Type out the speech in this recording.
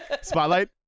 Spotlight